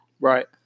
Right